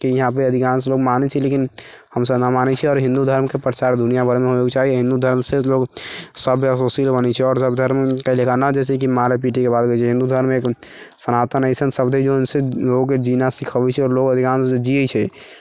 के यहाँपे अधिकांश लोक मानै छै लेकिन हम सभ न मानै छियै आओर हिन्दू धर्मके प्रचार दुनिआँ भरिमे होइके चाही हिन्दू धर्मसँ लोक सभ्य सुशील बनै छै आओर सभधर्मके जकाँ नहि जैसे कि मारय पीटयके बात होइ छै हिन्दू धर्ममे सनातन ऐसन शब्द हइ जौनसँ लोकके जीना सिखाबैत छै आओर लोग अधिकांश जियैत छै